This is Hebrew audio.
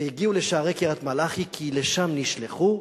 והגיעו לשערי קריית-מלאכי כי לשם נשלחו,